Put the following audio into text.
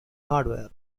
hardware